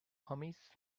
homies